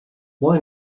why